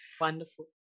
Wonderful